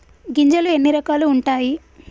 గింజలు ఎన్ని రకాలు ఉంటాయి?